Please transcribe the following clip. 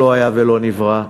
שלא היה ולא נברא,